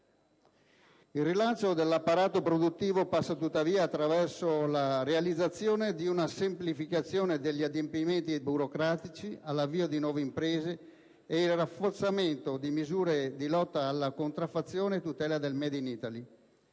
Il rilancio dell'apparato produttivo passa tuttavia attraverso la realizzazione di una semplificazione degli adempimenti burocratici per l'avvio di nuove imprese e al rafforzamento di misure di lotta alla contraffazione e tutela del *made* *in* *Italy*.